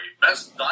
Best